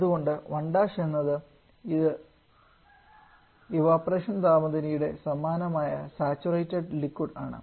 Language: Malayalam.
അതുകൊണ്ട് 1' എന്നത് ഇവപൊറേഷൻ താപനിലയുടെ സമാനമായ സാച്ചുറേറ്റഡ് ലിക്വിഡ് ആണ്